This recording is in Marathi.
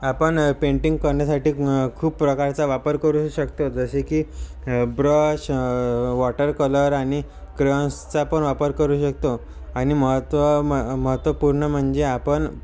आपण पेंटिंग करण्यासाठी खूप प्रकारचा वापर करू शकतो जसे की ब्रश वॉटर कलर आणि क्रेयॉन्सचापण वापर करू शकतो आणि महत्व महत्वपूर्ण म्हणजे आपण